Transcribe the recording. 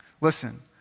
listen